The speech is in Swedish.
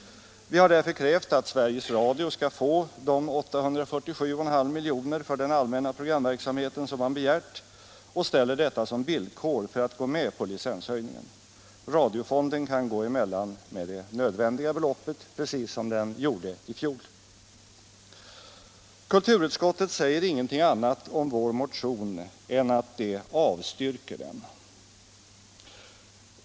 Vi har därför krävt att Sveriges Radio skall få de 847,5 milj.kr. för den allmänna programverksamheten som man begärt och ställer detta som villkor för att gå med på licenshöjningen. Radiofonden kan gå emellan med det nödvändiga beloppet, precis som den gjorde i fjol. Kulturutskottet säger ingenting annat om vår motion än att det avstyrker den.